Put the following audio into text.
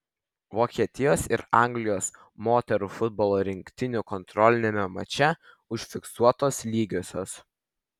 vokietijos ir anglijos moterų futbolo rinktinių kontroliniame mače užfiksuotos lygiosios